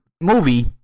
movie